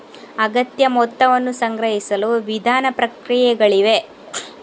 ಅಗತ್ಯ ಮೊತ್ತವನ್ನು ಸಂಗ್ರಹಿಸಲು ನಿಧಾನ ಪ್ರಕ್ರಿಯೆಗಳಿವೆ